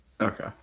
Okay